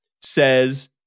says